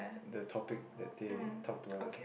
the topic that they talk about is